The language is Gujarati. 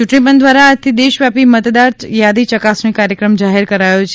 ચુંટણી પંચ ધ્વારા આજથી દેશવ્યાપી મતદાર યાદી ચકાસણી કાર્યક્રમ જાહેર કરાયો છે